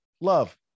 love